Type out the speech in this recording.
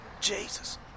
Jesus